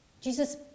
Jesus